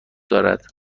دارد